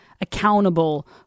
accountable